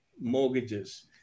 mortgages